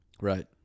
right